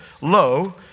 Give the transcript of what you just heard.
lo